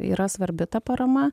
yra svarbi ta parama